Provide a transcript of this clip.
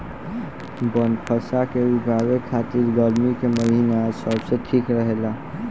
बनफशा के उगावे खातिर गर्मी के महिना सबसे ठीक रहेला